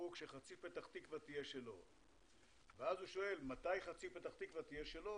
כשחצי פתח תקווה תהיה שלו ומתי חצי פתח תקווה תהיה שלו?